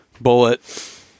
bullet